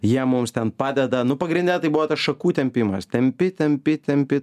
jie mums ten padeda nu pagrinde tai buvo tas šakų tempimas tempi tempi tempi